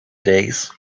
days